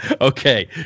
okay